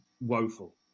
woeful